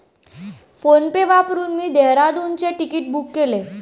PhonePe वापरून मी डेहराडूनचे तिकीट बुक केले